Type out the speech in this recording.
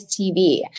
TV